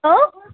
অঁ